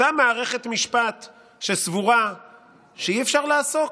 אותה מערכת משפט שסבורה שאי-אפשר לעסוק,